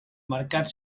mercat